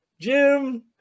Jim